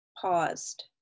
paused